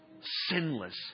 sinless